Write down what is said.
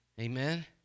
Amen